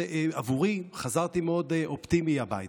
עבורי, חזרתי מאוד אופטימי הביתה.